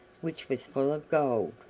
which was full of gold.